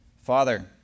Father